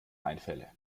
einfälle